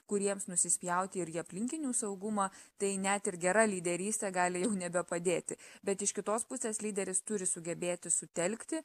kuriems nusispjauti ir į aplinkinių saugumą tai net ir gera lyderystė gali jau nebepadėti bet iš kitos pusės lyderis turi sugebėti sutelkti